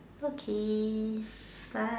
okay bye